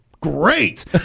great